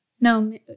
No